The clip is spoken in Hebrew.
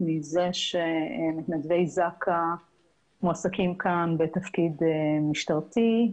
מזה שמתנדבי זק"א מועסקים כאן בתפקיד משטרתי,